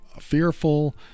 fearful